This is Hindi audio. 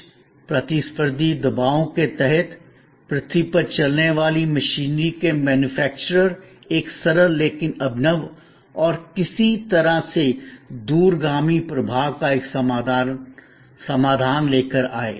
कुछ प्रतिस्पर्धी दबावों के तहत पृथ्वी पर चलने वाली मशीनरी के मैन्युफैक्चरर एक सरल लेकिन अभिनव और किसी तरह से दूरगामी प्रभाव का एक समाधान लेकर आए